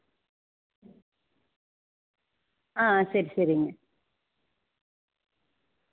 ம் ah okay ma'am கூட யாரும் இருக்காங்களா இல்லை எதுவும் மயக்கம் அந்த மாதிரி வருதுங்களா